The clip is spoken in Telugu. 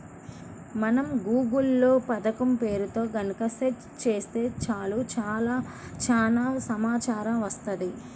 మనం గూగుల్ లో పథకం పేరుతో గనక సెర్చ్ చేత్తే చాలు చానా సమాచారం వత్తది